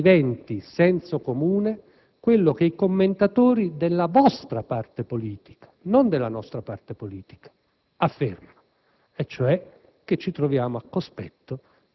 e affinché non diventi senso comune quello che i commentatori della vostra parte politica, non della nostra, affermano: